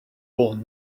woolen